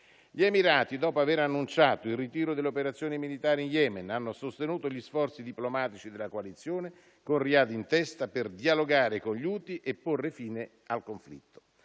Gli Emirati, dopo aver annunciato il ritiro dalle operazioni militari in Yemen, hanno sostenuto gli sforzi diplomatici della coalizione, con Riad in testa, per dialogare con gli Houthi e porre fine al conflitto.